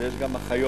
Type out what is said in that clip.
יש גם אחיות,